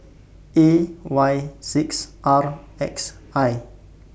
A Y six R X I